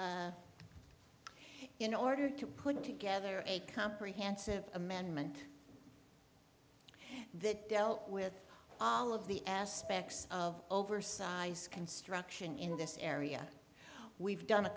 places in order to put together a comprehensive amendment that dealt with all of the aspects of oversize construction in this area we've done a